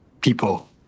people